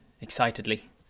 excitedly